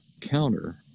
counter